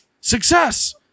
success